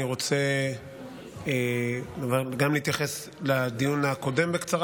אני רוצה גם להתייחס לדיון הקודם בקצרה